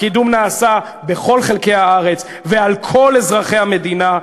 הקידום נעשה בכל חלקי הארץ ועל כל אזרחי המדינה.